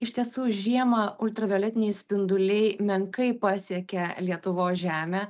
iš tiesų žiemą ultravioletiniai spinduliai menkai pasiekia lietuvos žemę